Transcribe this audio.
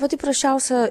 pati prasčiausia